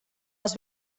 les